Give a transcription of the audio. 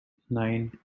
nine